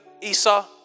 Esau